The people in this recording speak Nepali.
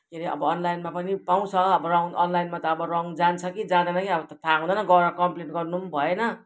के अरे अब अनलाइनमा पनि पाउँछ अब रङ अनलाइनमा त अब रङ जान्छ कि जाँदैन कि अब त्यो थाहा हुँदैन गएर कम्प्लेन गर्नु पनि भएन